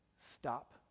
stop